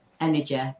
energy